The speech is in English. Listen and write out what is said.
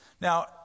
Now